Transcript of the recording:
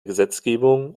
gesetzgebung